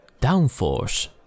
Downforce